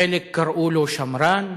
חלק קראו לו שמרן,